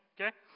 Okay